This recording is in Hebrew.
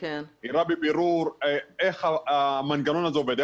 זה הראה בבירור איך המנגנון הזה עובד,